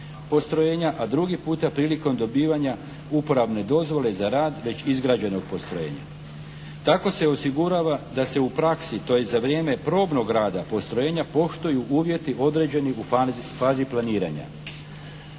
a drugi puta prilikom dobivanja uporabne dozvole za rad već izgrađenog postrojenja. Tako se osigurava da se u praksi tj. za vrijeme probnog rada postrojenja poštuju uvjeti određeni u fazi planiranja.